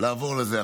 לעבור לזה,